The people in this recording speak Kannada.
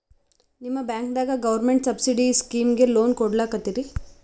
ನಿಮ ಬ್ಯಾಂಕದಾಗ ಗೌರ್ಮೆಂಟ ಸಬ್ಸಿಡಿ ಸ್ಕೀಮಿಗಿ ಲೊನ ಕೊಡ್ಲತ್ತೀರಿ?